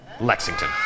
Lexington